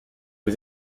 was